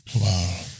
Wow